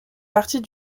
partie